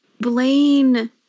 Blaine